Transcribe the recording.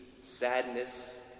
sadness